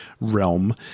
realm